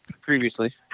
previously